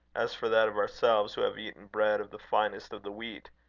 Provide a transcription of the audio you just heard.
as for that of ourselves, who have eaten bread of the finest of the wheat,